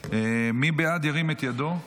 מי שבעד, ירים את ידו.